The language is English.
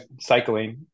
cycling